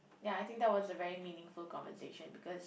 ya I think that was a very meaningful conversation because